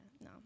no